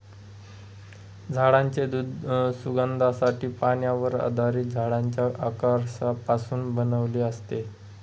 झाडांचे दूध सुगंधासाठी, पाण्यावर आधारित झाडांच्या अर्कापासून बनवलेले असते